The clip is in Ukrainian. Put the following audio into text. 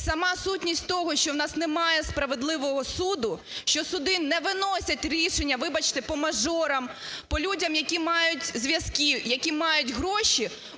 сама сутність того, що в нас немає справедливого суду, що суди не виносять рішення, вибачте, по мажорам, по людям, які мають зв'язки, які мають гроші,